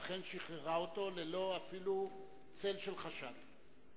ואכן שחררה אותו ללא אפילו צל של חשד.